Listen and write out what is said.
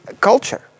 culture